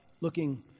looking